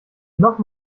noch